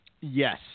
Yes